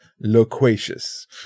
loquacious